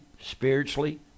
spiritually